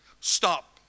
Stop